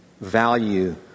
value